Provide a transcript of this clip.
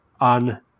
on